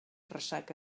ressaca